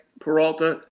peralta